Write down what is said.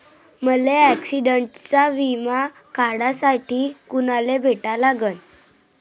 मले ॲक्सिडंटचा बिमा काढासाठी कुनाले भेटा लागन?